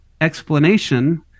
explanation